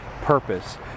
purpose